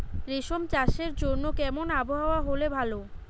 রেশম চাষের জন্য কেমন আবহাওয়া হাওয়া হলে ভালো?